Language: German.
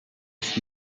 ist